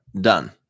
done